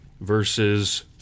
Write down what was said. verses